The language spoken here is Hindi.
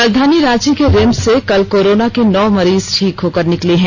राजधानी रांची के रिम्स से कल कोरोना के नौ मरीज ठीक हो कर निकले हैं